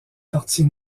partie